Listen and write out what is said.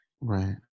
Right